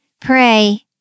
pray